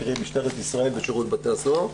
קרי משטרת ישראל ושירות בתי הסוהר,